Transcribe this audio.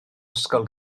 ysgol